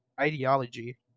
ideology